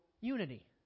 unity